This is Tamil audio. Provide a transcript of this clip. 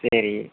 சரி